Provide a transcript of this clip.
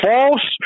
False